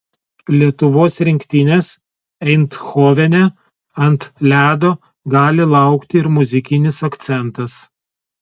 lietuvos rinktinės eindhovene ant ledo gali laukti ir muzikinis akcentas